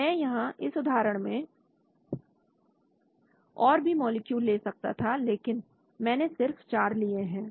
मैं यहां इस उदाहरण में और भी मॉलिक्यूल ले सकता था लेकिन मैंने सिर्फ चार लिए थे